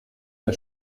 der